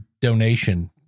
donation